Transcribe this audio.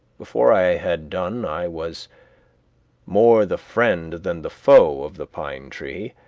before i had done i was more the friend than the foe of the pine tree,